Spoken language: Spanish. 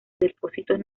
depósitos